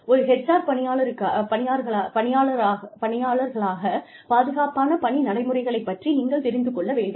ஒரு HR பணியாளர்களாக பாதுகாப்பான பணி நடைமுறைகளைப் பற்றி நீங்கள் தெரிந்து கொள்ள வேண்டும்